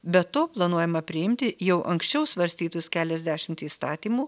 be to planuojama priimti jau anksčiau svarstytus keliasdešimt įstatymų